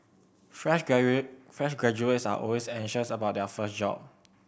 fresh fresh graduates are always anxious about their first job